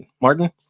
Martin